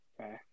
Okay